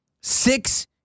Six